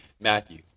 Matthew